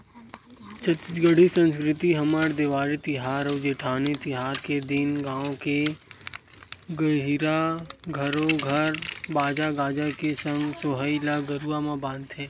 छत्तीसगढ़ी संस्कृति हमर देवारी तिहार अउ जेठवनी तिहार के दिन गाँव के गहिरा घरो घर बाजा गाजा के संग सोहई ल गरुवा म बांधथे